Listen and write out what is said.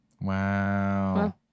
Wow